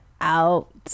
out